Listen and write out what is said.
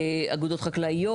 באגודות חקלאיות.